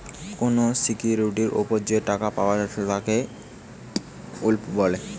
কোনো সিকিউরিটির উপর যে টাকা পায়া যাচ্ছে তাকে ইল্ড বলে